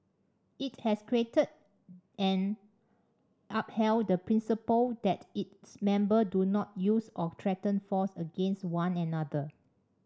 it has created and upheld the principle that its member do not use or threaten force against one another